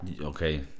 Okay